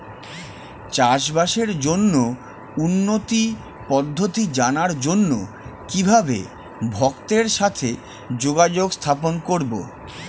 চাষবাসের জন্য উন্নতি পদ্ধতি জানার জন্য কিভাবে ভক্তের সাথে যোগাযোগ স্থাপন করব?